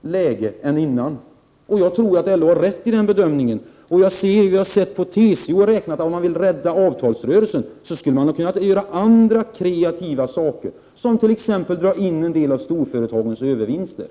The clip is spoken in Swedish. läge än innan. Jag tror att LO har rätt i den bedömningen. Vi har också sett hur TCO har räknat. Om man ville rädda avtalsrörelsen skulle man ha kunnat vidta andra kreativa åtgärder, t.ex. dra in en del av storföretagens övervinster.